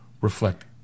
reflect